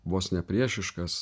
vos nepriešiškas